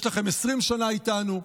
יש לכם 20 שנה איתנו.